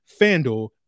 FanDuel